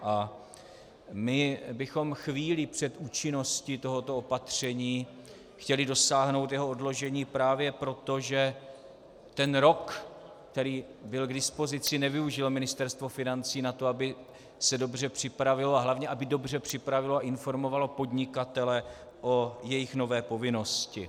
A my bychom chvíli před účinností tohoto opatření chtěli dosáhnout jeho odložení právě proto, že ten rok, který byl k dispozici, nevyužilo Ministerstvo financí na to, aby se dobře připravilo, a hlavně aby dobře připravilo a informovalo podnikatele o jejich nové povinnosti.